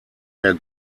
der